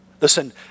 Listen